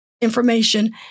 information